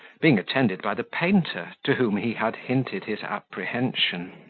being attended by the painter, to whom he had hinted his apprehension.